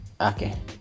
okay